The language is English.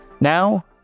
Now